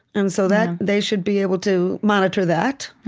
and so that they should be able to monitor that.